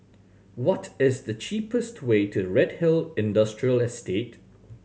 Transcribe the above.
what is the cheapest way to Redhill Industrial Estate